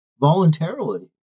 voluntarily